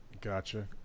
gotcha